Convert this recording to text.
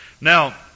Now